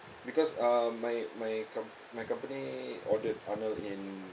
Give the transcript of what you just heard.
because uh my my com~ my company ordered arnold in